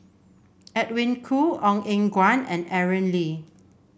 Edwin Koo Ong Eng Guan and Aaron Lee